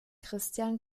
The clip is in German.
christian